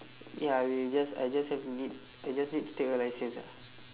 ya I will just I just have to need I just need to take a license ah